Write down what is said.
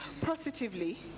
positively